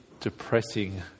depressing